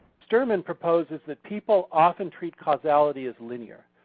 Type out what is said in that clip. sterman purposes that people often treat causality as linear.